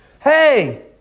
Hey